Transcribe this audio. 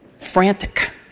frantic